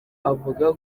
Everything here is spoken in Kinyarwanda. avuga